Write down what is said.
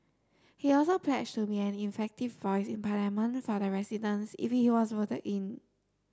he also pledged to be an effective voice in Parliament for the residents if he was voted in